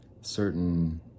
certain